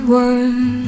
one